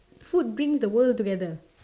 food brings the world together